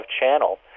channel